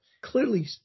Clearly